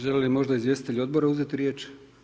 Žele li možda izvjestitelji odbora uzeti riječ?